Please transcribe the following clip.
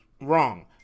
Wrong